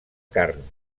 carn